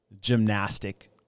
gymnastic